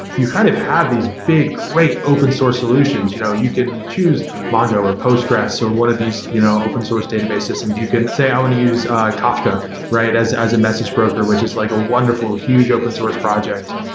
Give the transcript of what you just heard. you kind of have these big, great open source solutions. you know you could choose mongo, or postgres or one of these you know open source database systems. you can say i want to use ah kafka as as a message broker, which is like a wonderful, huge open source project.